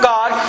God